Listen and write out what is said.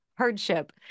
Hardship